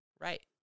Right